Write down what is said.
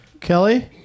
Kelly